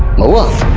molest